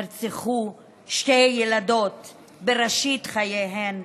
נרצחו שתי ילדות בראשית חייהן,